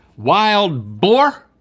wild boar.